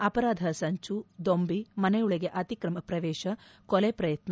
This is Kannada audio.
ಅಪರಾಧ ಸಂಚು ದೊಂಬಿ ಮನೆಯೊಳಗೆ ಅತ್ರಿಕಮ ಪ್ರವೇಶ ಕೊಲೆ ಪ್ರಯತ್ನ